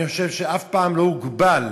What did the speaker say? אני חושב שאף פעם לא הוגבל